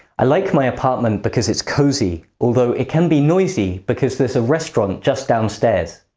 i like my apartment because it's cosy, although it can be noisy because there's a restaurant just downstairs.